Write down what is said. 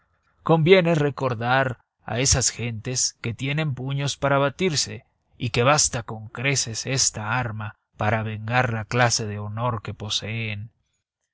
conviene recordar a esas gentes que tienen puños para batirse y que basta con creces esta arma para vengar la clase de honor que poseen